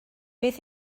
beth